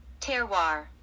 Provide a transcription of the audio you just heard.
terroir